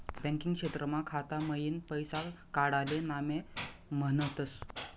banking क्षेत्रमा खाता मईन पैसा काडाले नामे म्हनतस